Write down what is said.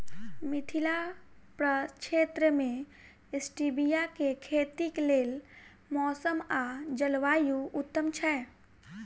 मिथिला प्रक्षेत्र मे स्टीबिया केँ खेतीक लेल मौसम आ जलवायु उत्तम छै?